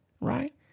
Right